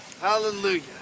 Hallelujah